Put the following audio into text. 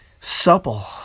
Supple